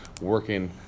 working